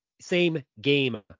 same-game